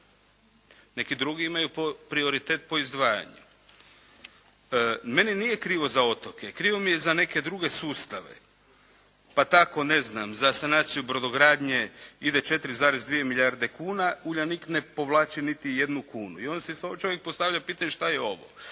Neki drugi imaju prioritet po izdvajanju. Meni nije krivo za otoke. Krivo mi je za neke druge sustave. Pa tako ne znam za sanaciju brodogradnje ide 4,2 milijarde kuna Uljanik ne povlači niti jednu kunu. I onda si stvarno čovjek postavlja pitanje šta je ovo.